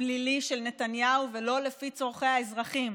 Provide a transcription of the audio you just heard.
הפלילי של נתניהו ולא לפי צורכי האזרחים.